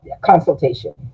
consultation